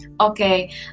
okay